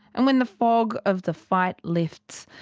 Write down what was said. and when the fog of the fight lifts,